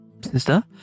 sister